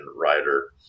writer